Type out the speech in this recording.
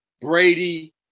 Brady